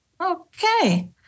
okay